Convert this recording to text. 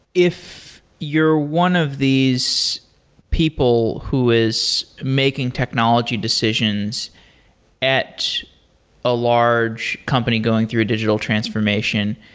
if you're one of these people who is making technology decisions at a large company going through a digital transformation,